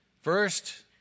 First